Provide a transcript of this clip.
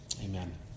amen